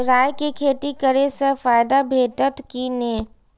राय के खेती करे स फायदा भेटत की नै?